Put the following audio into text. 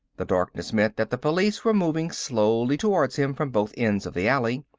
the darkness meant that the police were moving slowly towards him from both ends of the alley,